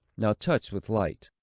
now touched with light,